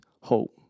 hope